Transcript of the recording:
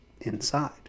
inside